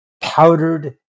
powdered